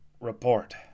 Report